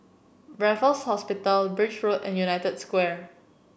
Raffles Hospital Birch Road and United Square